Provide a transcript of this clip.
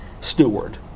steward